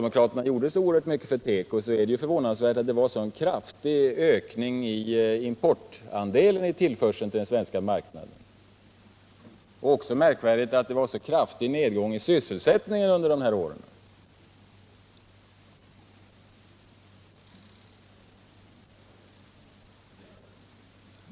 Men om de nu gjorde så oerhört mycket för teko, är det ju förvånansvärt att det blev en så kraftig ökning av importandelen i tillförseln för den svenska marknaden. Det är också märkvärdigt att det blev en sådan kraftig nedgång i sysselsättningen under de här åren.